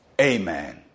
Amen